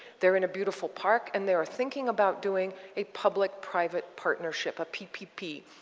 they're in a beautiful park and they are thinking about doing a public private partnership. a ppp.